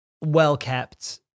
well-kept